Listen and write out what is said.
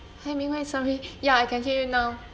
!hey! ming hui sorry ya I can hear you now